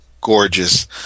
gorgeous